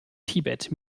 tibet